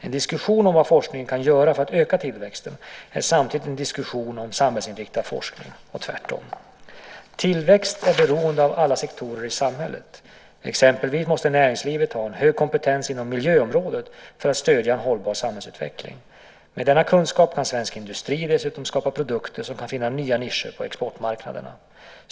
En diskussion om vad forskningen kan göra för att öka tillväxten är samtidigt en diskussion om samhällsinriktad forskning och tvärtom. Tillväxt är beroende av alla sektorer i samhället. Exempelvis måste näringslivet ha en hög kompetens inom miljöområdet för att stödja en hållbar samhällsutveckling. Med denna kunskap kan svensk industri dessutom skapa produkter som kan finna nya nischer på exportmarknaderna.